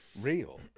real